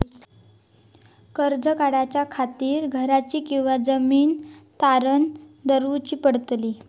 कर्ज काढच्या खातीर घराची किंवा जमीन तारण दवरूची पडतली?